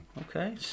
Okay